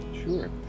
Sure